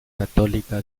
católica